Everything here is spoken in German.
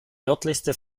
nördlichste